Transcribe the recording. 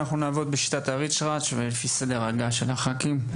אנחנו נעבוד בשיטת הריצ'רץ' ולפי סדר ההגעה של הח"כים.